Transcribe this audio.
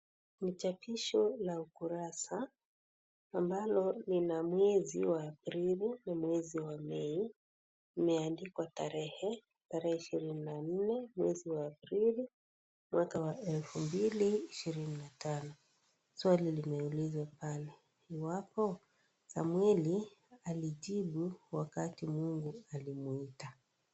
Ni chapisho la ukurasa ambalo lina mwezi wa Aprili na mwezi wa May. Imeandikwa tarehe, tarehe 24 mwezi wa Aprili 2005. Swali limeulizwa pale iwapo Samweli alijibu wakati Mungu alimwita.